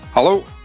Hello